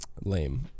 lame